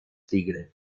tigre